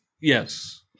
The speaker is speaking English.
Yes